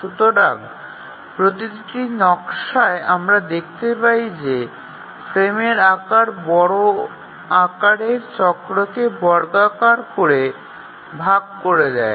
সুতরাং প্রতিটি নকশায় আমরা দেখতে পাই যে ফ্রেমের আকার বড় আকারের চক্রকে বর্গাকার করে ভাগ করে দেয়